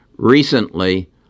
recently